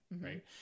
right